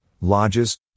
lodges